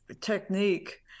technique